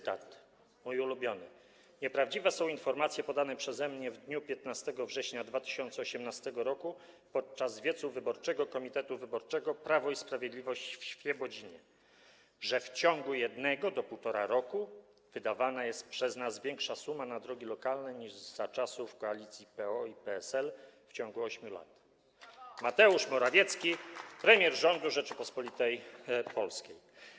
Oto mój ulubiony cytat: Nieprawdziwe są informacje podane przeze mnie w dniu 15 września 2018 r. podczas wiecu wyborczego Komitetu Wyborczego Prawo i Sprawiedliwość w Świebodzinie, że w ciągu jednego do półtora roku wydawana jest przez nas większa suma na drogi lokalne niż za czasów koalicji PO i PSL w ciągu 8 lat. [[Brawo!]] Mateusz Morawiecki, premier rządu Rzeczypospolitej Polskiej.